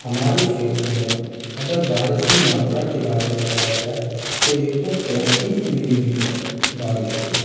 हमारे क्षेत्र में अगर बारिश की मात्रा के बारे में बताया जाए तो एक सौ चौंतीस मिली मीटर बारिश हुई है